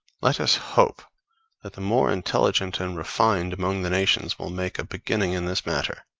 let us hope that the more intelligent and refined among the nations will make a beginning in this matter,